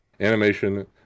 animation